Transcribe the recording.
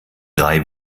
drei